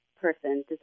person